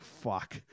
fuck